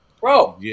bro